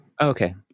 Okay